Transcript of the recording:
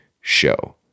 show